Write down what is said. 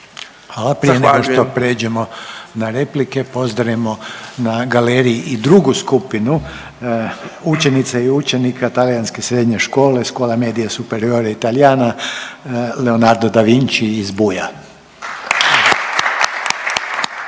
Hvala. Prije nego što prijeđemo na replike pozdravljamo na galeriji i drugu skupinu učenica i učenika talijanske srednje škole Scuola media superiore italiana Leonardo da Vinci iz Buja.